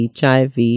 HIV